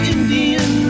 Indian